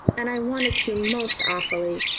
and i wanted to most awfully.